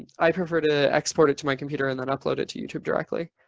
i prefer to export it to my computer and then upload it to youtube directly.